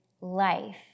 life